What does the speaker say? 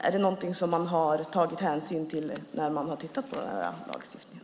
Är det något man har tagit hänsyn till när man har tittat på lagstiftningen?